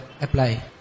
apply